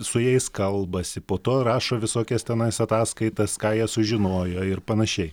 su jais kalbasi po to rašo visokias tenais ataskaitas ką jie sužinojo ir panašiai